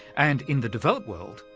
and in the developed world,